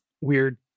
weird